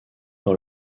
dans